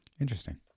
interesting